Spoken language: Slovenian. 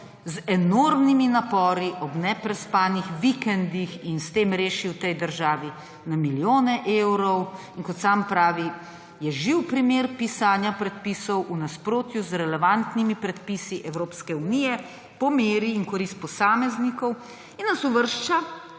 z enormnimi napori, ob neprespanih vikendih in s tem rešil tej državi na milijone evrov. In kot sam pravi, je živ primer pisanja predpisov v nasprotju z relevantnimi predpisi Evropske unije, po meri in v korist posameznikov in nas uvršča